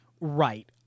Right